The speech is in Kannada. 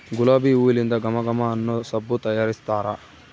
ಗುಲಾಬಿ ಹೂಲಿಂದ ಘಮ ಘಮ ಅನ್ನೊ ಸಬ್ಬು ತಯಾರಿಸ್ತಾರ